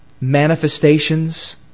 manifestations